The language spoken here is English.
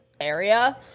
area